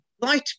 light